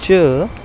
च